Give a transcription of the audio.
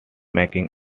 making